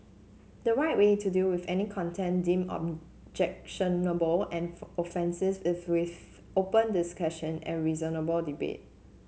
the right way to deal with any content deemed objectionable and offensive is with open discussion and reasoned debate